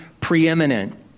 preeminent